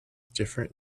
different